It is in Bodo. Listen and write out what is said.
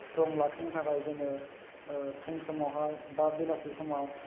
स्ट्रं लाखिनो थाखाय जोङो ओह फुं समावहाय बा बेलासि समाव